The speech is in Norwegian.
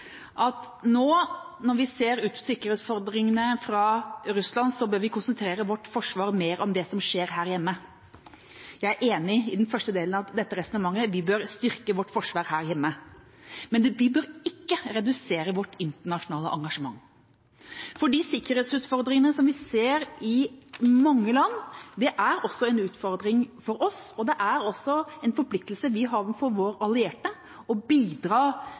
at nå, når vi ser sikkerhetsutfordringene fra Russland, bør vi konsentrere vårt forsvar mer om det som skjer her hjemme. Jeg er enig i den første delen av dette resonnementet: Vi bør styrke vårt forsvar her hjemme. Men vi bør ikke redusere vårt internasjonale engasjement, for de sikkerhetsutfordringene som vi ser i mange land, er også en utfordring for oss, og det er også en forpliktelse vi har overfor våre allierte: å bidra